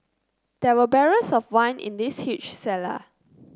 there were barrels of wine in this huge cellar